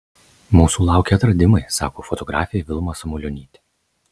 mūsų laukia atradimai sako fotografė vilma samulionytė